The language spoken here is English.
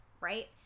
right